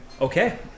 Okay